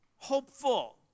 hopeful